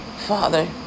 Father